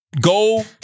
Go